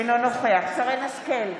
אינו נוכח שרן מרים השכל,